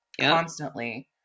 constantly